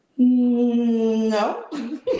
No